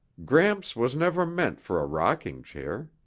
gramps was never meant for a rocking chair.